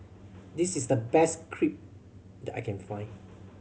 this is the best Crepe that I can find